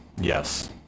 Yes